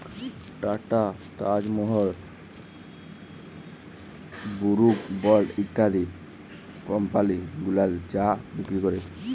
tata, Taj Mahal, Brooke Bond ইত্যাদি company গুলান চা বিক্রি ক্যরে